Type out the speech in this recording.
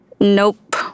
Nope